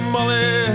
Molly